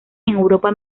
europa